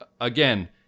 Again